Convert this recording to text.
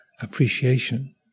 appreciation